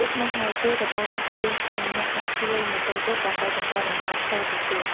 ដូច្នេះហើយ ពេលទៅដល់ជើងភ្នំ អ្នកអាចជួលម៉ូតូឌុបដើម្បីបន្តដំណើរតទៅទៀត។